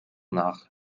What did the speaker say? nach